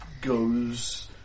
goes